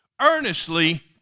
Earnestly